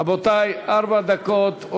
רבותי, ארבע דקות.